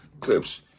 Clips